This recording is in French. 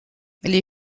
les